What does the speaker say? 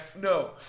no